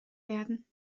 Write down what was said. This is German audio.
werden